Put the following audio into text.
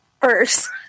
first